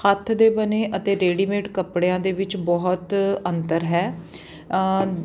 ਹੱਥ ਦੇ ਬਣੇ ਅਤੇ ਰੇਡੀਮੇਡ ਕੱਪੜਿਆਂ ਦੇ ਵਿੱਚ ਬਹੁਤ ਅੰਤਰ ਹੈ